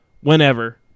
whenever